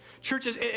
Churches